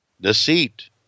deceit